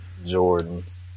Jordans